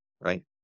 right